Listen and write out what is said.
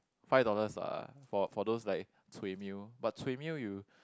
five dollars ah for for those like cui meal but cui meal you